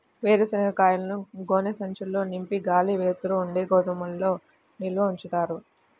వేరుశనగ కాయలను గోనె సంచుల్లో నింపి గాలి, వెలుతురు ఉండే గోదాముల్లో నిల్వ ఉంచవచ్చా?